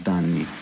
anni